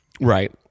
Right